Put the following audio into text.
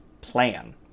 plan